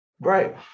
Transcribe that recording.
Right